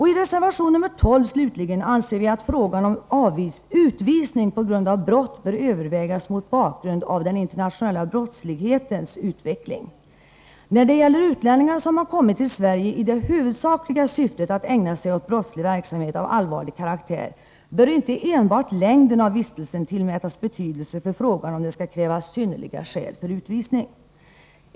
I reservation nr 12, slutligen, anser vi att frågan om utvisning på grund av brott bör övervägas mot bakgrund av den internationella brottslighetens utveckling. När det gäller utlänningar, som har kommit till Sverige i det huvudsakliga syftet att ägna sig åt brottslig verksamhet av allvarlig karaktär, bör inte enbart längden av vistelsen tillmätas betydelse för frågan om det skall krävas synnerliga skäl för utvisning.